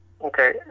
Okay